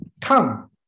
Come